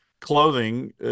clothing